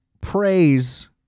praise